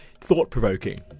Thought-provoking